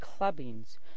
clubbings